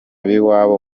b’iwabo